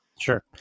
Sure